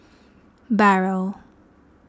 Barrel